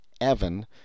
Evan